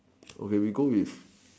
okay we go with